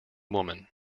woman